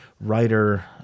writer